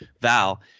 Val